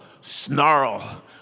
snarl